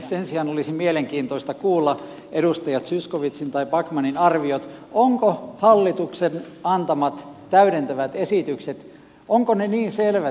sen sijaan olisi mielenkiintoista kuulla edustaja zyskowiczin tai backmanin arviot ovatko hallituksen antamat täydentävät esitykset niin selvät